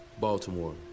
Baltimore